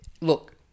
Look